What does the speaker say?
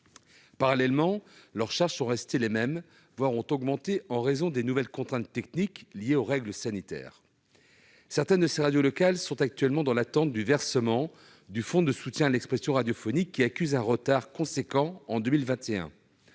Parallèlement, leurs charges sont restées les mêmes, voire ont augmenté en raison des nouvelles contraintes techniques liées aux règles sanitaires. Certaines de ces radios locales sont actuellement dans l'attente du versement du fonds de soutien à l'expression radiophonique locale (FSER), qui accuse un retard important en 2021.